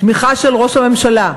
תמיכה של ראש הממשלה.